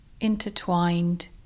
intertwined